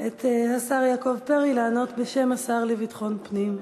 השר יעקב פרי לענות בשם השר לביטחון פנים.